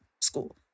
school